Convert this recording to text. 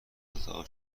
اتاق